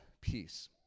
peace